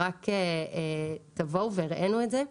רק תבואו והראנו את זה.